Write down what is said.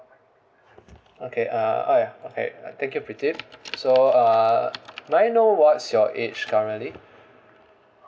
okay uh oh ya okay thank you pradeep so uh may I know what's your age currently